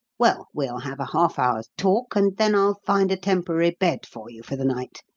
well, we'll have a half-hour's talk and then i'll find a temporary bed for you for the night,